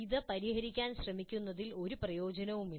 ഇത് പരിഹരിക്കാൻ ശ്രമിക്കുന്നതിൽ ഒരു പ്രയോജനവുമില്ല